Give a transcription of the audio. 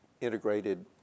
integrated